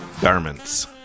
garments